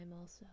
also